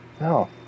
No